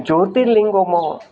જ્યોતિર્લિંગમાં